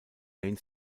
main